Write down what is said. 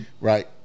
Right